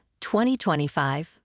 2025